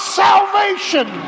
salvation